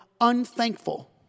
Unthankful